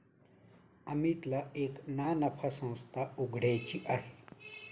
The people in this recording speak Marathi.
अमितला एक ना नफा संस्था उघड्याची आहे